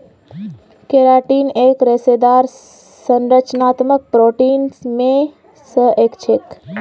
keratin एक रेशेदार संरचनात्मक प्रोटीन मे स एक छेक